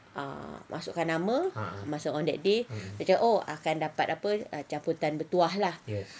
ah masukkan nama masa on that day oh akan dapat apa cabutan bertuah ah